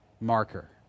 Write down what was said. marker